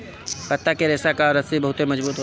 पत्ता के रेशा कअ रस्सी बहुते मजबूत होला